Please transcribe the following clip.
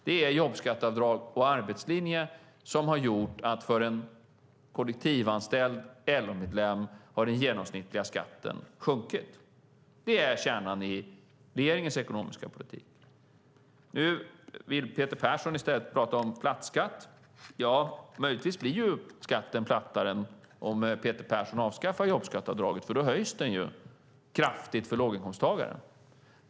Det är jobbskatteavdrag och arbetslinje som har gjort att den genomsnittliga skatten för en kollektivanställd LO-medlem har sjunkit. Det är kärnan i regeringens ekonomiska politik. Nu vill Peter Persson i stället prata om platt skatt. Möjligtvis blir skatten plattare om Peter Persson avskaffar jobbskatteavdraget, för då höjs ju skatten kraftigt för låginkomsttagare.